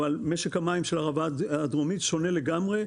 אבל משק המים של ערבה הדרומית שונה לגמרי,